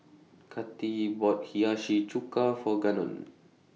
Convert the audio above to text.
Cathi bought Hiyashi Chuka For Gannon